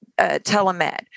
telemed